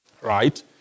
Right